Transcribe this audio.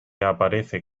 aparece